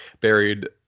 buried